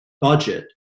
budget